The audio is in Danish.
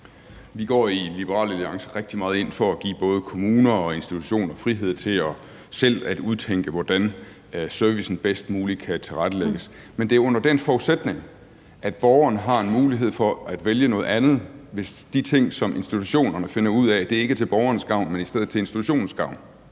Vi går i Liberal Alliance rigtig meget ind for at give både kommuner og institutioner frihed til selv at udtænke, hvordan servicen bedst muligt kan tilrettelægges. Men det er under den forudsætning, at borgeren har en mulighed for at vælge noget andet, hvis de ting, som institutionerne finder ud af, ikke er til borgerens gavn, men i stedet til institutionens gavn.